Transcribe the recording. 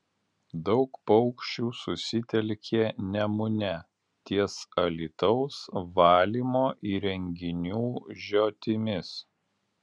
daug paukščių susitelkė nemune ties alytaus valymo įrenginių žiotimis